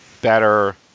better